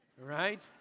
right